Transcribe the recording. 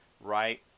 right